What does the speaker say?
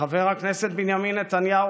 חבר הכנסת בנימין נתניהו,